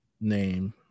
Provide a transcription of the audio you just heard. name